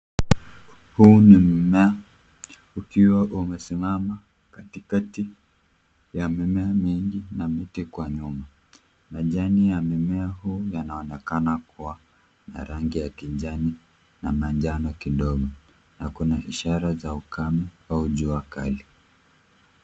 Huu ni mmea ukiwa umesimama katikati ya mimea mingi na miti kwa nyuma. Majani ya mmea huu yanaonekana kuwa na rangi ya kijani na manjano kidogo, na kuna ishara za ukame au jua kali.